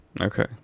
Okay